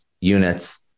units